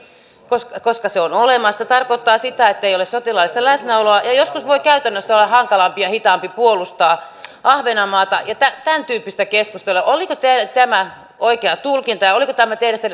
koska koska se on olemassa tarkoittaa sitä ettei ole sotilaallista läsnäoloa ja ja joskus voi käytännössä olla hankalampi ja hitaampi puolustaa ahvenanmaata ja tämäntyyppistä keskustelua oliko tämä oikea tulkinta ja oliko tämä teidän